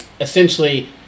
essentially